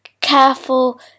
careful